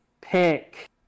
pick